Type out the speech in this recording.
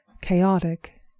chaotic